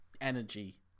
energy